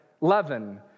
leaven